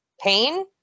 pain